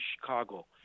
chicago